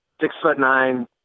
six-foot-nine